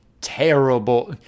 terrible